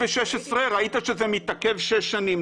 ראית שזה מתעכב שש שנים,